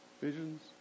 visions